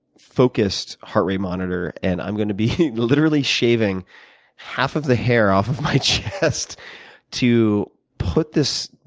focused heart rate monitor. and i'm going to be literally shaving half of the hair off of my chest to put this,